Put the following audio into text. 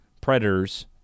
Predators